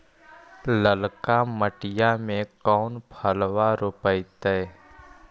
ललका मटीया मे कोन फलबा रोपयतय?